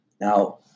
Now